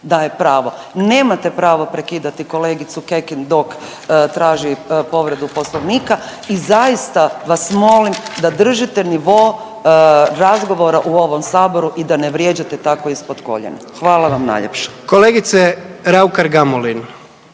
daje pravo. Nemate pravo prekidati kolegicu Kekin dok traži povredu poslovnika i zaista vas molim da držite nivo razgovora u ovom saboru i da ne vrijeđate tako ispod koljena. Hvala najljepša. **Jandroković,